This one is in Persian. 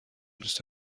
دوست